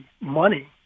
money